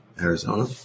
Arizona